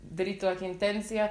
daryt tokią intenciją